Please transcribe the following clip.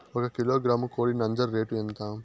ఒక కిలోగ్రాము కోడి నంజర రేటు ఎంత?